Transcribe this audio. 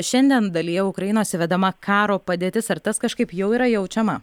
šiandien dalyje ukrainos įvedama karo padėtis ar tas kažkaip jau yra jaučiama